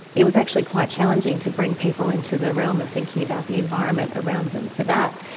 it was actually quite challenging to bring people into the realm of thinking about the environment around them for that.